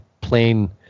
plain